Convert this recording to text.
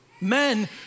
Men